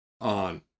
on